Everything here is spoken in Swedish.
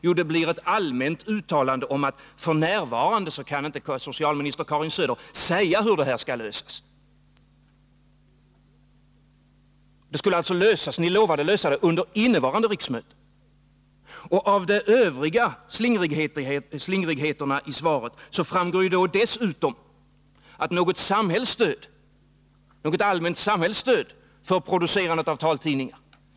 Jo, ett allmänt uttalande om att socialminister Karin Söder f. n. inte kan säga hur denna fråga skall lösas. Av de övriga slingrigheterna i svaret framgår dessutom att vi inte skall räkna med något allmänt samhällsstöd för producerandet av taltidningar.